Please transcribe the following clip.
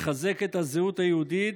לחזק את הזהות היהודית,